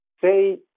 Say